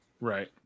Right